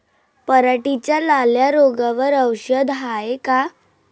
पराटीच्या लाल्या रोगावर औषध हाये का?